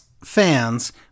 fans